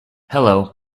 hello